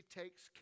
takes